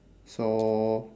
so